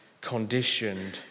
conditioned